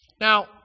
Now